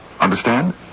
Understand